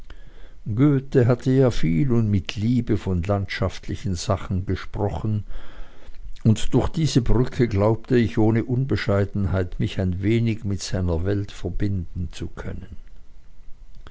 goethe hatte ja viel und mit liebe von landschaftlichen sachen gesprochen und durch diese brücke glaubte ich ohne unbescheidenheit mich ein wenig mit seiner welt verbinden zu können